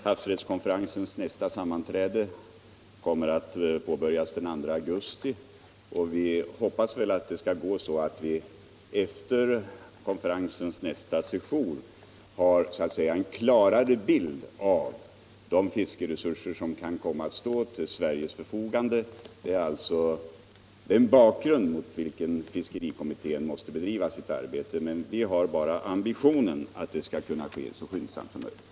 Havsrättskonferensens nästa sammanträde kommer att påbörjas den 2 augusti, och vi hoppas att vi efter konferensens nästa sejour kommer att få en klarare bild när det gäller de fiskeresurser som kan komma att stå till Sveriges förfogande. Detta är den bakgrund mot vilken fiskerikommittén måste bedriva sitt arbete. Låt mig bara till slut säga att vi har ambitionen att genomföra detta arbete så skyndsamt som möjligt.